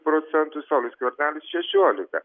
procentų saulius skvernelis šešiolika